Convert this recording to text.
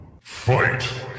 fight